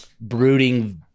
brooding